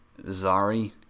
Zari